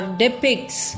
depicts